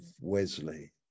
Wesley